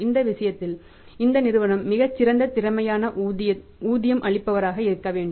இந்த விஷயத்தில் இந்த நிறுவனம் மிகச் சிறந்த திறமையான ஊதியம் அளிப்பவராக இருக்கவேண்டும்